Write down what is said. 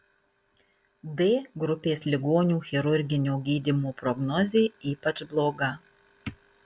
d grupės ligonių chirurginio gydymo prognozė ypač bloga